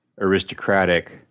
aristocratic